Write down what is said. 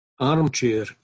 armchair